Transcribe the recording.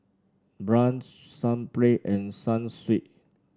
Braun Sunplay and Sunsweet